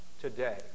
today